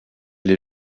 les